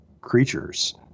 creatures